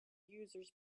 users